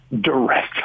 direct